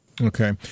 Okay